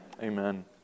Amen